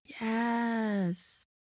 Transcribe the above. Yes